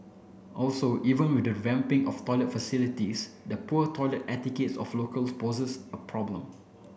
also even with the of toilet facilities the poor toilet etiquette of locals poses a problem